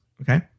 Okay